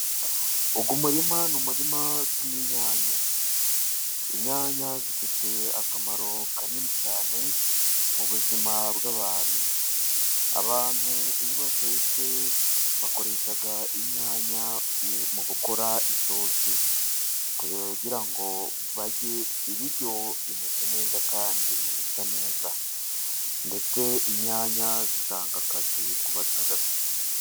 Uyu murima ni umurima w'inyanya. Inyanya zifitiye akamaro kanini cyane mu buzima bw'abantu, abantu iyo batetse bakoresha inyanya mu gukora isosi kugira ngo barye ibiryo bimeze neza kandi bisa neza, ndetse inyanya zitanga akazi ku batagafite.